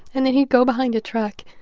and then he'd go behind the truck.